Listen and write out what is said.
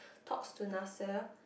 talks to Nasser